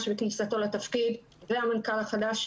עם כניסתו לתפקיד וגם את המנכ"ל החדש.